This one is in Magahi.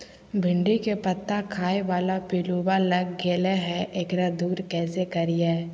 भिंडी के पत्ता खाए बाला पिलुवा लग गेलै हैं, एकरा दूर कैसे करियय?